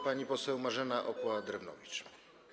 Pani poseł Marzena Okła-Drewnowicz.